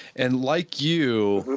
and like you,